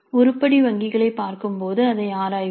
உருப்படி வங்கிகளைப் பார்க்கும்போது அதை ஆராய்வோம்